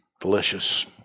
delicious